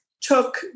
took